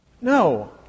No